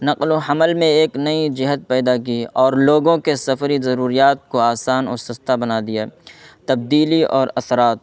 نقل و حمل میں ایک نئی جہت پیدا کی اور لوگوں کے سفری ضروریات کو آسان اور سستا بنا دیا تبدیلی اور اثرات